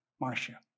Marcia